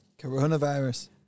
Coronavirus